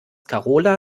karola